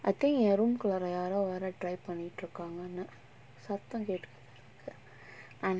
I think என்:en room குல்லாற யாரோ வர:kullaara yaaro vara try பண்ணிட்டு இருக்காங்கனு சத்தம் கேட்டிட்டு இருக்கு:pannittu irukkanganu sattham ketittu irukku